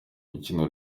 mikino